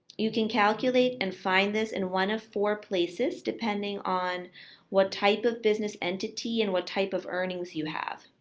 you can calculate and find this in one of four places depending on what type of business entity and what type of earnings you have.